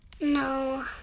No